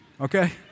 okay